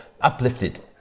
uplifted